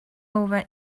over